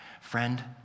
Friend